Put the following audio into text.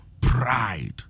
pride